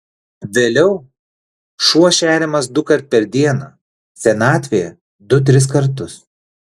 vėliau šuo šeriamas dukart per dieną senatvėje du tris kartus